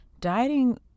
dieting